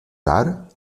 tard